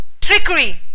Trickery